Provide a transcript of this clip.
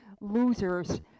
losers